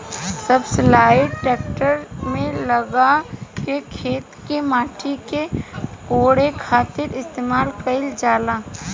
subsoiler tractor में लगा के खेत के माटी के कोड़े खातिर इस्तेमाल कईल जाला